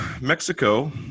Mexico